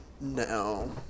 no